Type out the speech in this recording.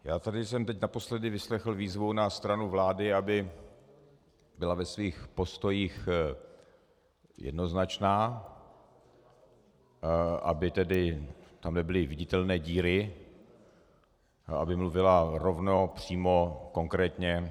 Já jsem tu teď naposledy vyslechl výzvu na stranu vlády, aby byla ve svých postojích jednoznačná, aby tedy tam nebyly viditelné díry a aby mluvila rovně, přímo, konkrétně.